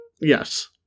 Yes